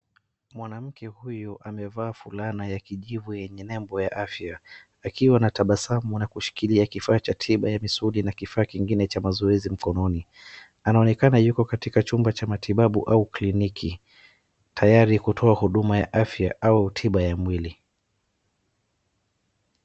Mwanamke huyu amevaa fulana ya kijivu yenye nembo ya afya. Akiwa na tabasamu na kushikilia kifaa cha tiba ya misuli na kifaa kingine cha mazoezi mkononi. Anaonekana yuko katika chumba cha matibabu au kliniki tayari kutoa huduma ya afya au tiba ya mwili.